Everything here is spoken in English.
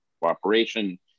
cooperation